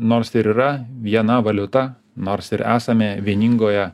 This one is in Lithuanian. nors ir yra viena valiuta nors ir esame vieningoje